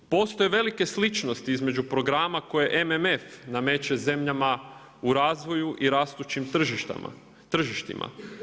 Postoje velike sličnosti između programa koje MMF nameće zemljama u razvoju i rastućim tržištima.